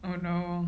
oh no